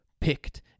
picked